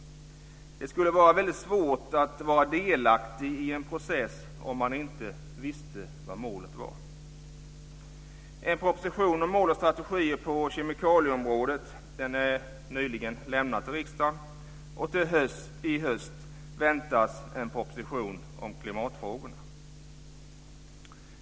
Det skulle vara väldigt svårt att vara delaktig i en process om man inte visste vad målet var. En proposition om mål och strategier på kemikalieområdet är nyligen lämnad till riksdagen, och i höst väntas en proposition om klimatfrågorna.